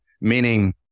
meaning